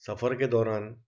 सफर के दौरान